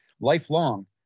lifelong